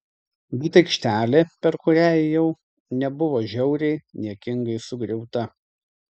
bet aikštelė per kurią ėjau nebuvo žiauriai niekingai sugriauta